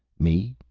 me?